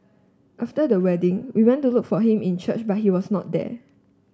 after the wedding we went to look for him in church but he was not there